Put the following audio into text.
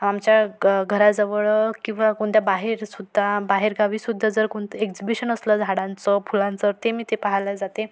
आमच्या ग घराजवळ किंवा कोणत्या बाहेरसुद्धा बाहेरगावीसुद्धा जर कोणतं एक्झिबिशन असलं झाडांचं फुलांचं ते मी ते पाहायला जाते